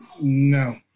No